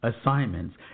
assignments